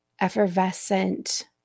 effervescent